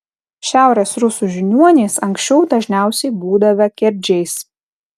šiaurės rusų žiniuonys anksčiau dažniausiai būdavę kerdžiais